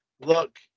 look